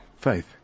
Faith